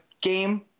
game